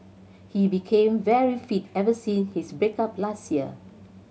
he became very fit ever since his break up last year